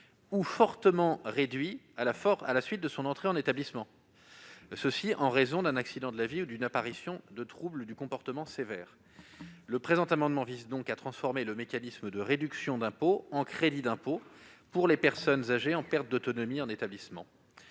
ou fortement réduit à la suite de son entrée en établissement, et ceci en raison d'un accident de la vie ou de l'apparition de troubles du comportement sévères. Le présent amendement vise donc à transformer le mécanisme de réduction d'impôt en crédit d'impôt pour les personnes âgées en perte d'autonomie hébergées en établissement.